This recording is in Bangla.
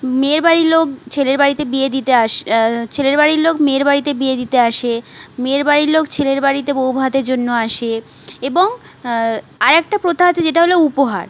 মেয়ের বাড়ির লোক ছেলের বাড়িতে বিয়ে দিতে ছেলের বাড়ির লোক মেয়ের বাড়িতে বিয়ে দিতে আসে মেয়ের বাড়ির লোক ছেলের বাড়িতে বৌভাতের জন্য আসে এবং আরেকটা প্রথা আছে যেটা হলো উপহার